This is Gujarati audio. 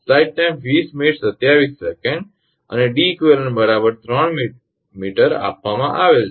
અને 𝐷𝑒𝑞 3 𝑚 આપવામાં આવેલ છે